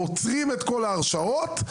עוצרים את כל ההרשאות,